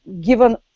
given